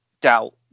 doubt